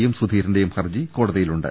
M സുധീരന്റെയും ഹർജി കോടതിയിലുണ്ട്